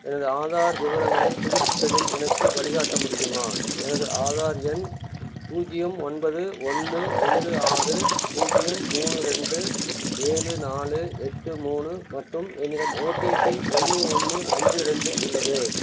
எனது ஆதார் விவரங்களை புதுப்பிப்பதில் எனக்கு வழிகாட்ட முடியுமா எனது ஆதார் எண் பூஜ்ஜியம் ஒன்பது ஒன்று ரெண்டு ஆறு பூஜ்ஜியம் மூணு ரெண்டு ஏழு நாலு எட்டு மூணு மற்றும் என்னிடம் ஓடிபி ஒன்று ஒன்று அஞ்சு ரெண்டு உள்ளது